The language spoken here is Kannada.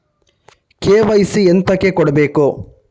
ಕೆ.ವೈ.ಸಿ ಎಂತಕೆ ಕೊಡ್ಬೇಕು?